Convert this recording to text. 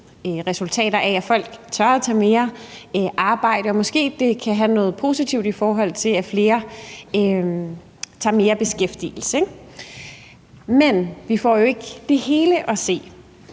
resultater i form af, at folk tør tage mere arbejde, og måske kan det gøre noget positivt, i forhold til at flere tager mere beskæftigelse. Men vi får jo ikke det hele at se,